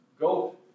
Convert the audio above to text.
Go